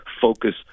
focus